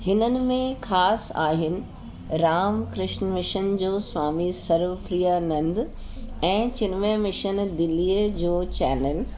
हिननि में ख़ासि आहिनि राम कृष्ण मिशन जो स्वामी सर्व प्रिय नंद ऐं चिनमय मिशन दिल्लीअ जो चैनल